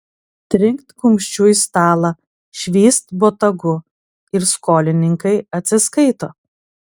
trinkt kumščiu į stalą švyst botagu ir skolininkai atsiskaito